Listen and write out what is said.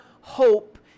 hope